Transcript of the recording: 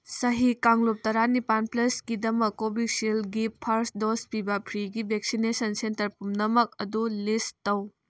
ꯆꯍꯤ ꯀꯥꯡꯂꯨꯞ ꯇꯔꯥꯅꯤꯄꯥꯜ ꯄ꯭ꯂꯁꯀꯤꯗꯃꯛ ꯀꯣꯚꯤꯁꯤꯜꯒꯤ ꯐꯥꯔꯁ ꯗꯣꯁ ꯄꯤꯕ ꯐ꯭ꯔꯤꯒꯤ ꯚꯦꯛꯁꯤꯅꯦꯁꯟ ꯁꯦꯟꯇꯔ ꯄꯨꯝꯅꯃꯛ ꯑꯗꯨ ꯂꯤꯁ ꯇꯧ